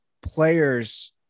players